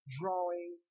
drawing